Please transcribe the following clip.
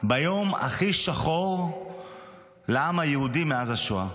ביום הכי שחור לעם היהודי מאז השואה.